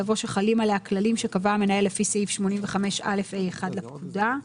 יבוא "שחלים עליה כללים שקבע המנהל לפי סעיף 85א(ה1) לפקודה".